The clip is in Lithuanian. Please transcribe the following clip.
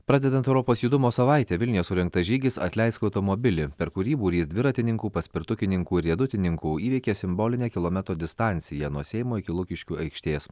pradedant europos judumo savaitę vilniuje surengtas žygis atleisk automobilį per kurį būrys dviratininkų paspirtukų ir riedutininkų įveikė simbolinę kilometro distanciją nuo seimo iki lukiškių aikštės